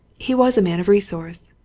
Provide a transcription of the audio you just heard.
he was a man of resource.